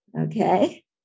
okay